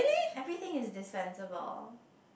everything is the sensible